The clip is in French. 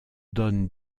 donne